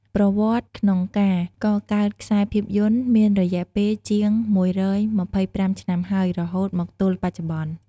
ប្រវត្តិក្នុងការកកើតខ្សែភាពយន្តមានរយៈពេលជាង ១២៥ ឆ្នាំហើយ រហូតមកទល់បច្ចុប្បន្ន។